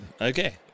Okay